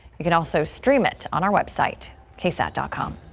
you can also stream it on our website ksat dot com.